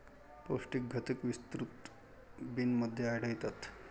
पौष्टिक घटक विस्तृत बिनमध्ये आढळतात